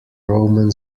roman